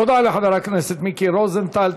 תודה לחבר הכנסת מיקי רוזנטל.